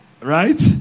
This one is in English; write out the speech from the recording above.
Right